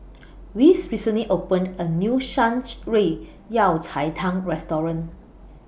Wes recently opened A New Shan Rui Yao Cai Tang Restaurant